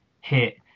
hit